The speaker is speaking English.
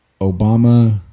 Obama